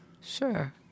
Sure